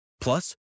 plus